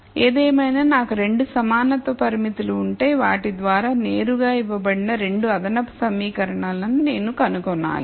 ఏదేమైనా నాకు 2 సమానత్వ పరిమితులు ఉంటే వాటి ద్ద్వారా నేరుగా ఇవ్వబడిన 2 అదనపు సమీకరణాలను నేను కనుగొనాలి